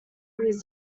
years